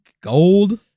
gold